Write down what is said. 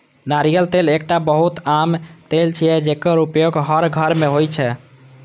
नारियल तेल एकटा बहुत आम तेल छियै, जेकर उपयोग हर घर मे होइ छै